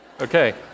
Okay